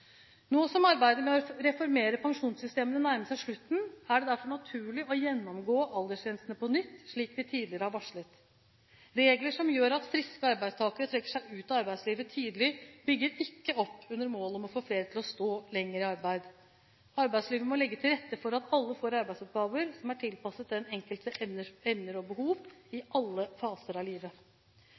Nå som arbeidet med å reformere pensjonssystemene nærmer seg slutten, er det derfor naturlig å gjennomgå aldersgrensene på nytt, slik vi tidligere har varslet. Regler som gjør at friske arbeidstakere trekker seg ut av arbeidslivet tidlig, bygger ikke opp under målet om å få flere til å stå lenger i arbeid. Arbeidslivet må legge til rette for at alle får arbeidsoppgaver som er tilpasset den enkeltes evner og behov – i alle faser av livet.